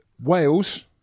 Wales